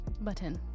Button